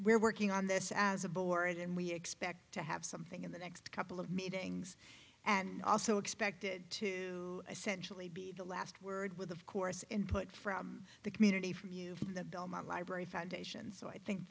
we're working on this as a board and we expect to have something in the next couple of meetings and also expected to essentially be the last word with of course input from the community from you from the belmont library foundation so i think